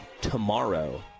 tomorrow